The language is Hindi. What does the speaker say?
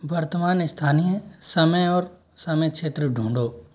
वर्तमान स्थानीय समय और समय क्षेत्र ढूँढो